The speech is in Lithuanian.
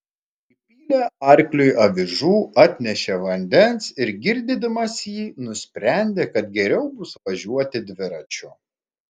įpylė arkliui avižų atnešė vandens ir girdydamas jį nusprendė kad geriau bus važiuoti dviračiu